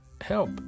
help